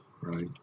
right